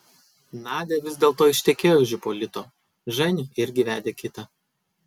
nadia vis dėlto ištekėjo už ipolito ženia irgi vedė kitą